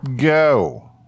go